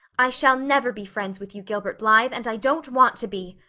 i shall never be friends with you, gilbert blythe and i don't want to be!